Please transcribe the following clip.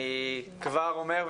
אני כבר אומר,